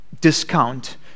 discount